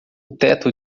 teto